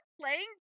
playing